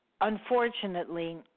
unfortunately